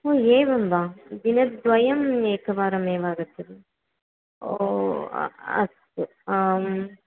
ओ एवं वा दिनद्वयम् एकवारमेव आगच्छति ओ अस्तु आं